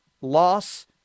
loss